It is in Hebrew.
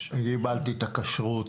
קיבלתי את הכשרות,